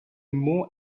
more